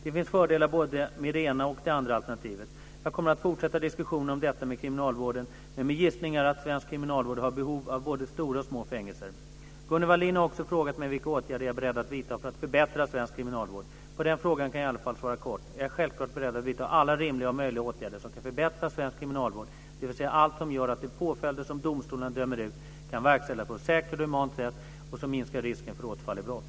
Det finns fördelar både med det ena och det andra alternativet. Jag kommer att fortsätta diskussionerna om detta med kriminalvården, men min gissning är att svensk kriminalvård har behov av både stora och små fängelser. Gunnel Wallin har också frågat mig vilka åtgärder jag är beredd att vidta för att förbättra svensk kriminalvård. På den frågan kan jag i alla fall svara kort. Jag är självklart beredd att vidta alla rimliga och möjliga åtgärder som kan förbättra svensk kriminalvård, dvs. allt som gör att de påföljder som domstolarna dömer ut kan verkställas på ett säkert och humant sätt som minskar risken för återfall i brott.